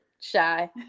shy